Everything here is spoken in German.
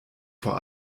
vor